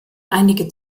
einige